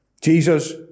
Jesus